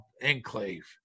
enclave